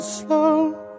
slow